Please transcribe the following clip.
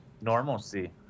normalcy